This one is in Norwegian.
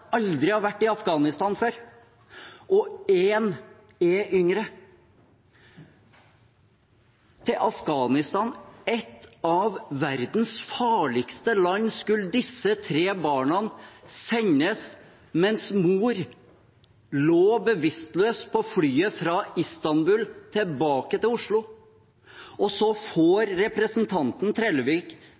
aldri har vært Afghanistan og én er mindreårig. Til Afghanistan – et av verdens farligste land – skulle disse tre barna sendes mens mor lå bevisstløs på flyet fra Istanbul tilbake til Oslo. Så får representanten Trellevik